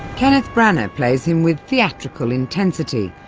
kenneth branagh plays him with theatrical intensity,